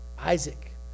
Isaac